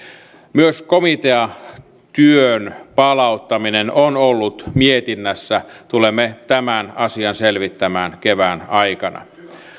myös komiteatyön palauttaminen on ollut mietinnässä tulemme tämän asian selvittämään kevään aikana